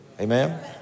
Amen